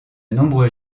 nombreux